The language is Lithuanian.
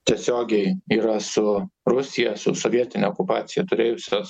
tiesiogiai yra su rusija su sovietine okupacija turėjusios